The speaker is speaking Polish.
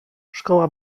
szkoła